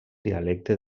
dialecte